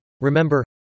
Remember